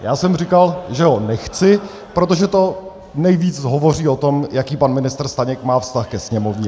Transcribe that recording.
Já jsem říkal, že ho nechci, protože to nejvíc hovoří o tom, jaký pan ministr Staněk má vztah ke Sněmovně.